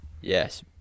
Yes